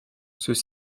ceux